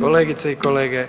Kolegice i kolege,